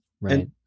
Right